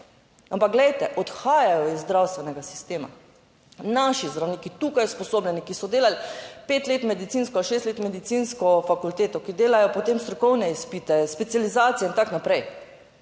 ampak glejte, odhajajo iz zdravstvenega sistema naši zdravniki tukaj usposobljeni, ki so delali pet let medicinsko, šest let medicinsko fakulteto, ki delajo potem strokovne izpite, specializacije in tako naprej.